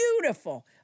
beautiful